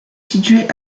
situé